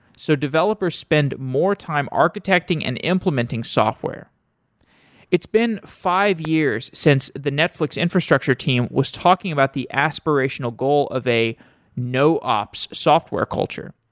so developers spend more time architecting and implementing software it's been five years since the netflix infrastructure team was talking about the aspirational goal of a um noops software culture.